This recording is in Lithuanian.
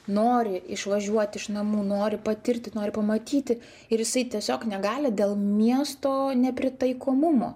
nori išvažiuoti iš namų nori patirti nori pamatyti ir jisai tiesiog negali dėl miesto nepritaikomumo